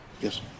Yes